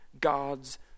God's